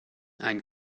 ein